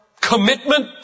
commitment